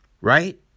Right